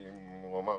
ואם הוא אמר,